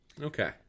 okay